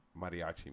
mariachi